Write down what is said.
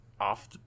off